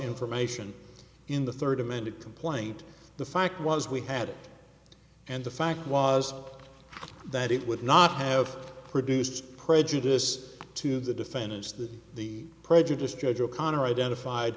information in the third amended complaint the fact was we had and the fact was that it would not have produced prejudice to the defendants that the prejudice judge o'connor identified